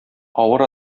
авыр